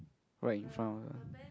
right in front ah